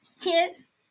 kids